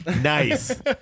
Nice